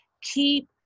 Keep